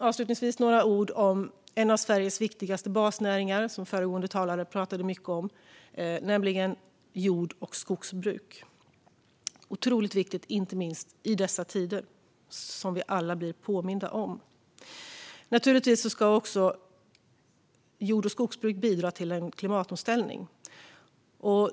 Avslutningsvis vill jag säga några ord om en av Sveriges viktigaste basnäringar, som föregående talare pratade mycket om, nämligen jord och skogsbruk. Det är otroligt viktigt inte minst i dessa tider, så som vi alla blir påminda om. Naturligtvis ska också jord och skogsbruk bidra till en klimatomställning.